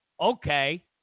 okay